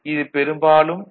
இது பெரும்பாலும் டி